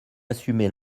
assumer